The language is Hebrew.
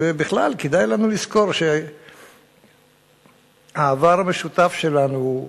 ובכלל, כדאי לנו לזכור שהעבר המשותף שלנו,